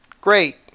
great